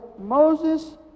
Moses